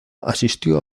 asistió